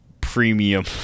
premium